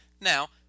Now